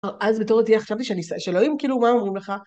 ‫אז בתור דתיה חשבתי ‫שאלוהים, כאילו, מה אומרים לך?